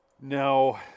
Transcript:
No